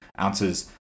ounces